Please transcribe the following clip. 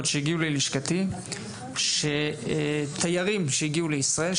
שהגיעו ללשכתי - שתיירים שהגיעו לישראל,